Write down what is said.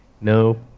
no